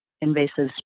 invasive